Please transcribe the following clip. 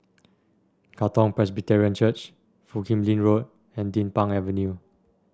Katong Presbyterian Church Foo Kim Lin Road and Din Pang Avenue